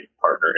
partner